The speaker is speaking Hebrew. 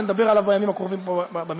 שנדבר עליו בימים הקרובים פה במליאה.